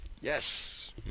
Yes